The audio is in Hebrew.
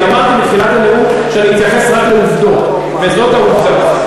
אני אמרתי בתחילת הנאום שאני אתייחס רק לעובדות וזאת העובדה.